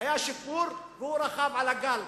היה שיפור, והוא רכב על הגל.